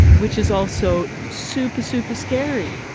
which is also super, super scary,